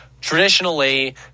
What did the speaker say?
traditionally